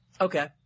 Okay